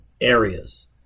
areas